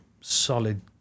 Solid